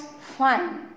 fun